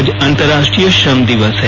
आज अंतर्राष्ट्रीय श्रम दिवस है